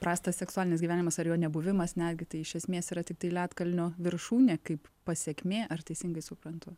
prastas seksualinis gyvenimas ar jo nebuvimas netgi tai iš esmės yra tiktai ledkalnio viršūnė kaip pasekmė ar teisingai suprantu